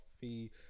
fee